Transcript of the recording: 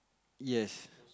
yes